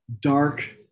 dark